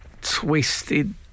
twisted